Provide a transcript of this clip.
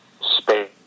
space